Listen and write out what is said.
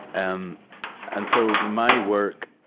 um and so, my work,